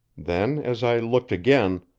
then, as i looked again,